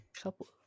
couple